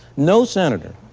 no senator,